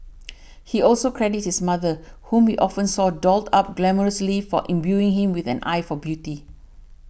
he also credits his mother whom he often saw dolled up glamorously for imbuing him with an eye for beauty